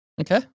Okay